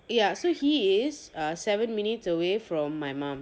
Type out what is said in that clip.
ya so he is err seven minutes away from my mum